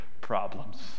problems